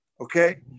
Okay